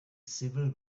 civil